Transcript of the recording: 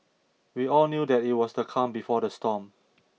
we all knew that it was the calm before the storm